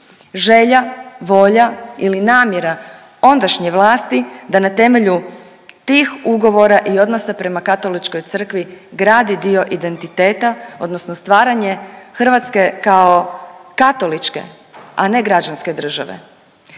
Želja, volja ili namjera ondašnje vlasti da na temelju tih ugovora i odnosa prema katoličkoj crkvi gradi dio identiteta, odnosno stvaranje Hrvatske kao katoličke, a ne građanske države.